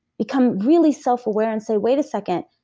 become really self-aware and say wait a second.